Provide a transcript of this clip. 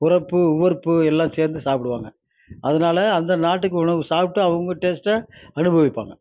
உரைப்பு உவர்ப்பு எல்லாம் சேர்ந்து சாப்பிடுவாங்க அதனால் அந்த நாட்டுக்கு உணவு சாப்பிட்டு அவங்க டேஸ்ட்டை அனுபவிப்பாங்க